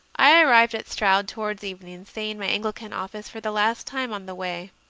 i arrived at stroud towards evening, saying my anglican office for the last time on the way,